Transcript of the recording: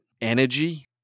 energy